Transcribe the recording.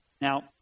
Now